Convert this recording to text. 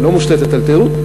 היא לא מושתתת על תיירות.